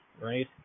right